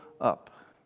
up